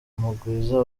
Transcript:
mugwiza